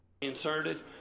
Inserted